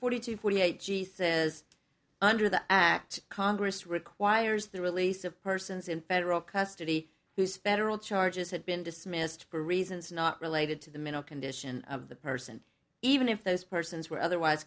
forty two forty eight she says under the act congress requires the release of persons in federal custody who spectral charges had been dismissed for reasons not related to the mental condition of the person even if those persons were otherwise